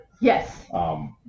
Yes